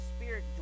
spirit